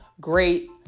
great